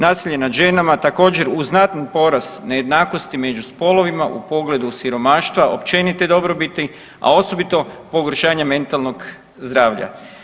Nasilje nad ženama također uz znatan porast nejednakosti među spolovima u pogledu siromaštva općenite dobrobiti, a osobito pogoršanja mentalnog zdravlja.